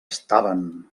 estaven